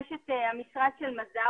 יש את המשרד של מזאוי,